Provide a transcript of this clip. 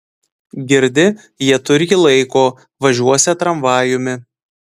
girdi jie turį laiko važiuosią tramvajumi